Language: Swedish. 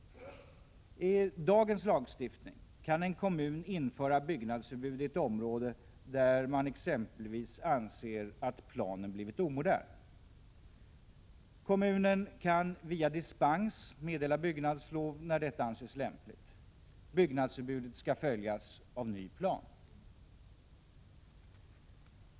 I dagens lagstiftning kan en kommun införa byggnadsförbud i ett område där man exempelvis anser att planen blivit omodern. Kommunen kan via dispens meddela byggnadslov när detta anses lämpligt. Byggnadsförbudet skall följas av ny plan.